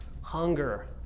hunger